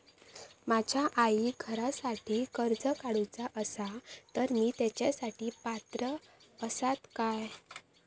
माझ्या आईक घरासाठी कर्ज काढूचा असा तर ती तेच्यासाठी पात्र असात काय?